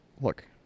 look